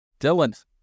Dylan